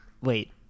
wait